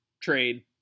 trade